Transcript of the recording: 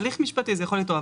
בהליך משפטי זה יכול להתעורר.